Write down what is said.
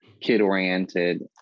kid-oriented